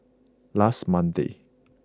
last Monday